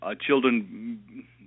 children